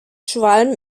schwalm